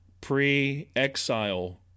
pre-exile